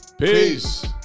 Peace